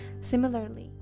Similarly